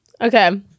Okay